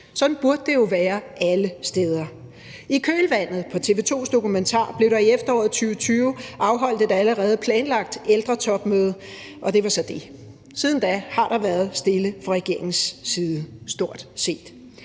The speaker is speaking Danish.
sådan burde det jo være alle steder. I kølvandet på TV 2's dokumentar blev der i efteråret 2020 afholdt et allerede planlagt ældretopmøde, og det var så det. Siden da har der været stille fra regeringens side, stort set.